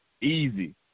Easy